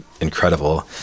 incredible